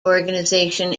organization